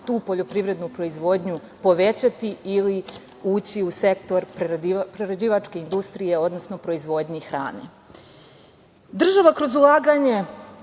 tu poljoprivrednu proizvodnju povećati ili ući u sektor prerađivačke industrije, odnosno proizvodnje hrane. Država kroz ulaganje